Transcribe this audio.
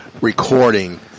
recording